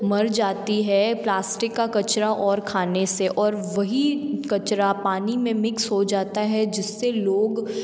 मर जाती है प्लास्टिक का कचरा और खाने से और वही कचरा पानी में मिक्स हो जाता है जिस से लोग